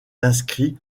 inscrit